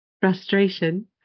frustration